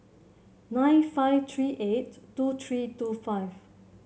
nine five three eight two three two five